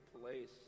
place